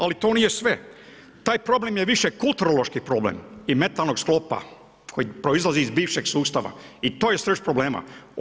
Ali to nije sve, taj problem je više kulturološki problem i mentalnog sklopa koji proizlazi iz bivšeg sustava i to je srž problema.